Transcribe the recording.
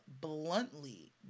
bluntly